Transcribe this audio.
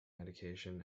medication